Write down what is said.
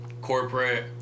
corporate